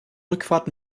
rückfahrt